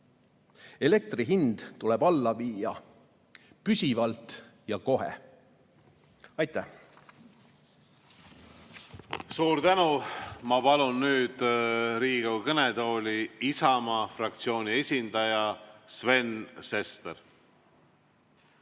Elektri hind tuleb alla viia püsivalt ja kohe. Aitäh! Suur tänu! Ma palun nüüd Riigikogu kõnetooli Isamaa fraktsiooni esindaja Sven Sesteri.